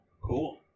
Cool